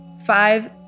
Five